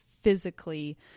physically